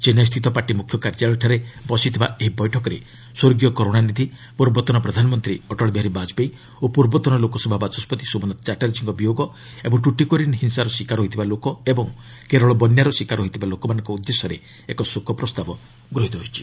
ଚେନ୍ନାଇ ସ୍ଥିତ ପାର୍ଟି ମୁଖ୍ୟ କାର୍ଯ୍ୟାଳୟଠାରେ ବସିଥିବା ଏହି ବୈଠକରେ ସ୍ୱର୍ଗୀୟ କରୁଣାନିଧି ପୂର୍ବତନ ପ୍ରଧାନମନ୍ତ୍ରୀ ଅଟଳ ବିହାରୀ ବାଜପେୟୀ ଓ ପୂର୍ବତନ ଲୋକସଭା ବାଚସ୍କତି ସୋମନାଥ ଚାଟ୍ଟାର୍ଜୀଙ୍କ ବିୟୋଗ ଏବଂ ଟୁଟିକୋରିନ୍ ହିଂସାର ଶିକାର ହୋଇଥିବା ଲୋକ ଓ କେରଳ ବନ୍ୟାର ଶିକାର ହୋଇଥିବା ଲୋକମାନଙ୍କ ଉଦ୍ଦେଶ୍ୟରେ ଏକ ଶୋକ ପ୍ରସ୍ତାବ ଗୃହୀତ ହୋଇଛି